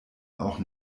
auch